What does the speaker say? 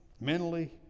mentally